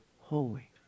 holy